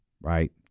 Right